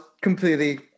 completely